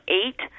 eight